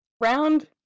Round